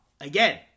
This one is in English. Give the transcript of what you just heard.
again